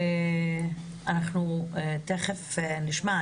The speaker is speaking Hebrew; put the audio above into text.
אנחנו תיכף נשמע.